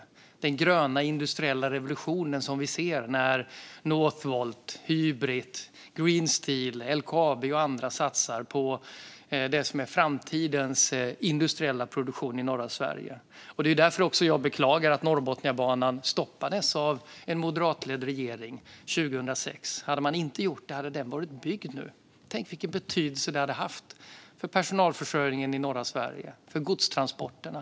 Det gäller den gröna industriella revolutionen när Northvolt, Hybrit, Green Steel, LKAB och andra satsar på framtidens industriella produktion i norra Sverige. Det är därför jag beklagar att Norrbotniabanan stoppades av en moderatledd regering 2006. Om man inte hade gjort det hade banan varit byggd nu. Tänk vilken betydelse det hade haft för personalförsörjningen i norra Sverige och för godstransporterna.